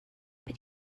but